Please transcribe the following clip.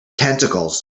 tentacles